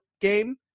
game